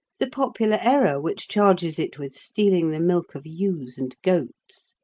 the popular error which charges it with stealing the milk of ewes and goats,